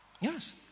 Yes